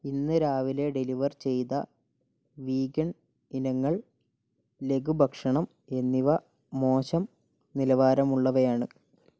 ഇന്ന് രാവിലെ ഡെലിവർ ചെയ്ത വീഗൻ ഇനങ്ങൾ ലഘുഭക്ഷണം എന്നിവ മോശം നിലവാരമുള്ളവയാണ്